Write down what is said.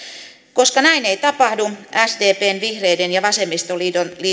koska näin ei tapahdu sdpn vihreiden ja vasemmistoliiton